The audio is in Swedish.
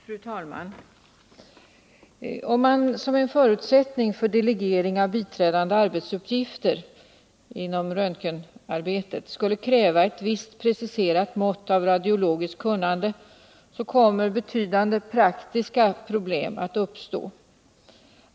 Fru talman! Om man som förutsättning för delegering av biträdande arbetsuppgifter inom röntgenarbetet skulle kräva ett visst preciserat mått av radiologiskt kunnande, kommer betydande praktiska problem att uppstå.